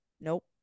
Nope